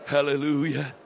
Hallelujah